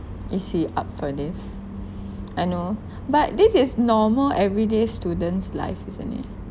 is he up for this I know but this is normal everyday student's life isn't it